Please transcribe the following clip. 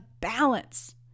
balance